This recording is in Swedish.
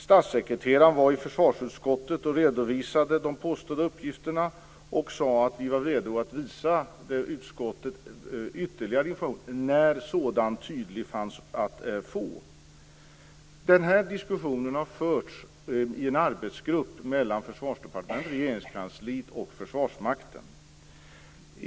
Statssekreteraren var i försvarsutskottet och redovisade de påstådda uppgifterna och sade att vi var redo att ge utskottet ytterligare information när tydlig sådan fanns att få. Den här diskussionen har förts i en arbetsgrupp mellan Försvarsdepartementet, Regeringskansliet och Försvarsmakten.